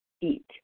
eat